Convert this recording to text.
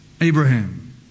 Abraham